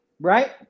right